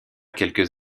quelques